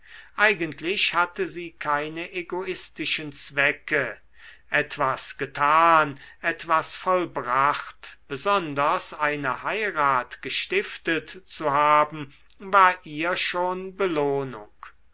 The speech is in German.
eigentlich hatte sie keine egoistischen zwecke etwas getan etwas vollbracht besonders eine heirat gestiftet zu haben war ihr schon belohnung